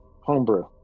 Homebrew